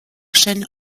sean